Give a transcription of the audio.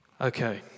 Okay